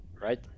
Right